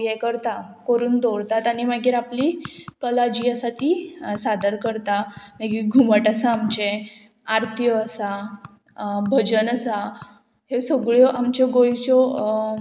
हें करता करून दवरतात आनी मागीर आपली कला जी आसा ती सादर करता मागीर घुमट आसा आमचें आरत्यो आसा भजन आसा ह्यो सगळ्यो आमच्यो गोंयच्यो